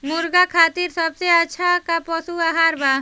मुर्गा खातिर सबसे अच्छा का पशु आहार बा?